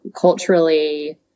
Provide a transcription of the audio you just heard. culturally